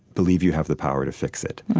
believe you have the power to fix it.